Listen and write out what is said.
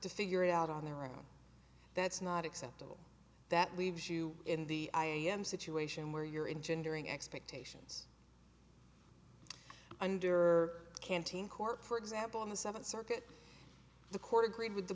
to figure it out on their own that's not acceptable that leaves you in the i am situation where you're in gendering expectations under the canteen court for example on the seventh circuit the court agreed with the